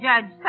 Judge